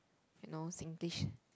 you know Singlish